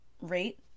rate